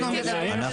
מדברים על חירום.